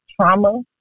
trauma